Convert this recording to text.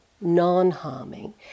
non-harming